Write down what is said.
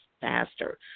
faster